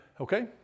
Okay